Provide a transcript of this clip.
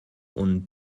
und